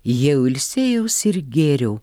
jau ilsėjaus ir gėriau